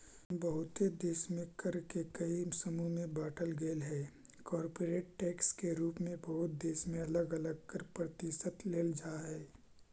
बहुते देश में कर के कई समूह में बांटल गेलइ हे कॉरपोरेट टैक्स के रूप में बहुत देश में अलग अलग कर प्रतिशत लेल जा हई